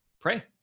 Pray